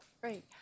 Great